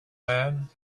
man